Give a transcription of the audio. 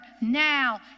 now